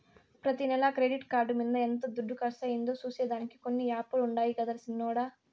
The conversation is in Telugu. ప్రతి నెల క్రెడిట్ కార్డు మింద ఎంత దుడ్డు కర్సయిందో సూసే దానికి కొన్ని యాపులుండాయి గదరా సిన్నోడ